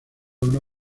uno